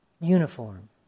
uniform